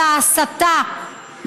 אלא ההסתה,